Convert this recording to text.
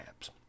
apps